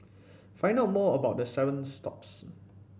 find out more about the seven stops